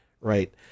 right